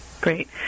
great